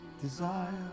desire